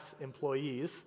employees